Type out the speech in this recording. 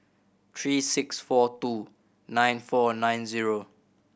three six four two nine four nine zero